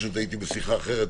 פשוט הייתי בשיחה אחרת,